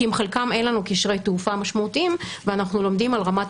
כי עם חלקן אין לנו קשרי תעופה משמעותיים ואנחנו לומדים על רמת